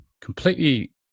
completely